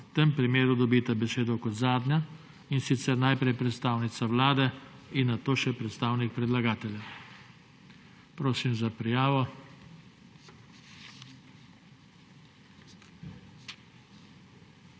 V tem primeru dobita besedo kot zadnja, in sicer najprej predstavnica Vlade in nato še predstavnik predlagatelja. Prosim za prijavo.